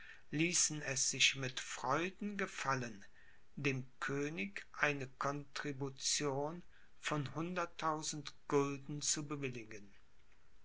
ließen es sich mit freuden gefallen dem könig eine contribution von hunderttausend gulden zu bewilligen